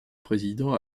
président